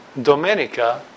Domenica